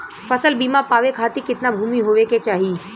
फ़सल बीमा पावे खाती कितना भूमि होवे के चाही?